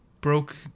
Broke